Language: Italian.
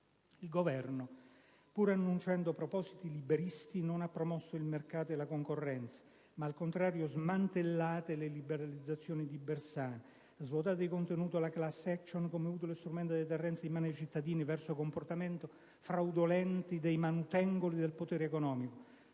Il Governo, pur annunciando propositi liberisti, non ha promosso il mercato e la concorrenza, ma, al contrario, ha smantellato le liberalizzazioni dell'ex ministro Bersani; ha svuotato di contenuto la *class action* come utile strumento di deterrenza in mano ai cittadini verso i comportamenti fraudolenti dei manutengoli del potere economico;